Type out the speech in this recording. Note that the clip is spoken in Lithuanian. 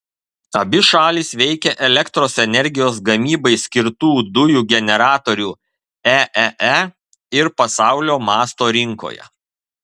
abi šalys veikia elektros energijos gamybai skirtų dujų generatorių eee ir pasaulio masto rinkoje